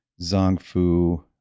zongfu